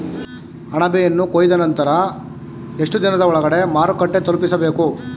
ಅಣಬೆಯನ್ನು ಕೊಯ್ದ ನಂತರ ಎಷ್ಟುದಿನದ ಒಳಗಡೆ ಮಾರುಕಟ್ಟೆ ತಲುಪಿಸಬೇಕು?